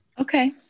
Okay